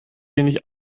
wenig